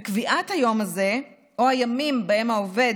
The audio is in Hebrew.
וקביעת היום הזה או הימים שבהם העובד